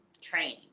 training